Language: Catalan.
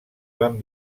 van